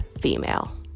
female